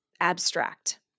abstract